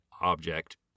object